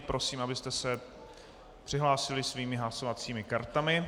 Prosím, abyste se přihlásili svými hlasovacími kartami.